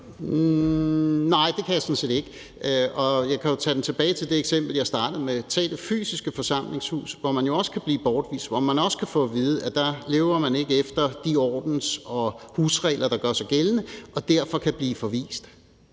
Nej, det kan jeg sådan set ikke. Og jeg kan jo vende tilbage til det eksempel, jeg startede med. Man kan tage det fysiske forsamlingshus, hvor man også kan blive bortvist – hvor man også kan få at vide, at man ikke efterlever de ordens- og husregler, der gør sig gældende, og derfor kan blive bortvist.